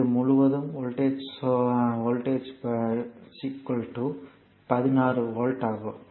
இது முழுவதும் voltage 16 volt ஆகும்